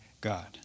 God